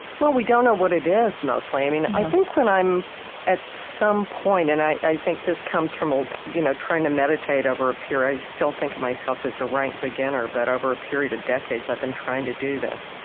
well, we don't know what it is, mostly. i think when i'm at some point and i think this comes from ah you know trying to meditate over a period i still think of myself as a rank beginner, but over a period of decades, i've been trying to do this.